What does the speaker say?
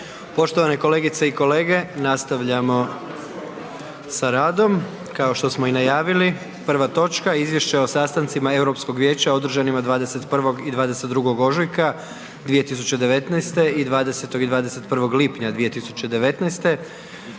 Poštovane kolegice i kolege, nastavljamo sa radom. Kao što smo i najavili, prva točka: 1. Izvješće o sastancima Europskog vijeća; Održanima 21. i 22. ožujka 2019. i 20. i 21. lipnja 2019.,